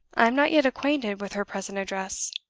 i am not yet acquainted with her present address.